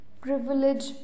privilege